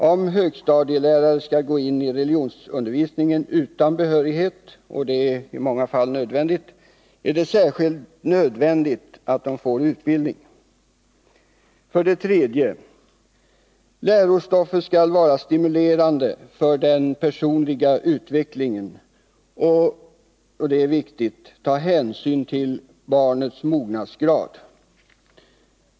Om högstadielärare skall gå in i religionsundervisningen utan behörighet — och det är i många fall nödvändigt — är det särskilt nödvändigt att de får utbildning. 3. Lärostoffet skall vara stimulerande för den personliga utvecklingen samt — och detta är viktigt — ta hänsyn till barnets mognadsgrad.